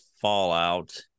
Fallout